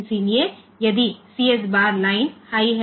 इसलिए यदि CS bar line high है